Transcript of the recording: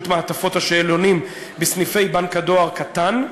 מעטפות השאלונים בסניפי בנק הדואר קטן,